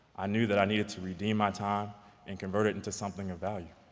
i knew that i needed to redeem my time and convert it into something of value.